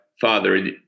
Father